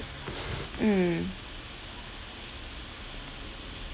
mm